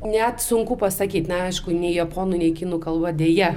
net sunku pasakyt na aišku nei japonų nei kinų kalba deja